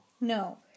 no